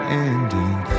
ending